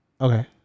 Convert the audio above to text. Okay